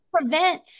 prevent